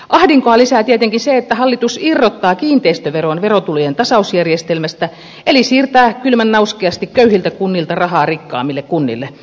ahdinkoa lisää tietenkin se että hallitus irrottaa kiinteistöveron verotulojen tasausjärjestelmästä eli siirtää kylmän nauskeasti köyhiltä kunnilta rahaa rikkaammille kunnille